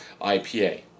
IPA